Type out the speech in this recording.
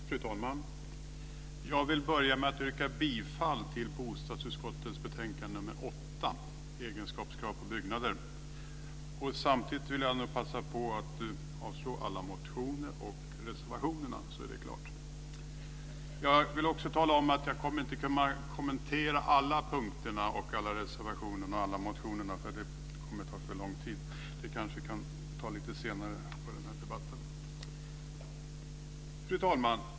Fru talman! Jag vill börja med att yrka bifall till förslaget i bostadsutskottets betänkandet nr 8, Egenskapskrav på byggnader. Samtidigt vill jag passa på att avstyrka alla motioner och reservationer. Jag vill också tala om att jag inte kommer att kommentera alla punkter, alla reservationer och alla motioner, för det skulle ta för lång tid. Vi kanske kan ta det lite senare i debatten. Fru talman!